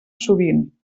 sovint